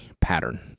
pattern